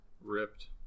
ripped